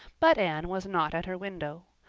but anne was not at her window.